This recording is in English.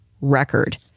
record